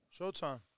Showtime